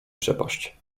przepaść